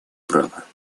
права